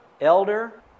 elder